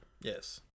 Yes